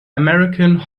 american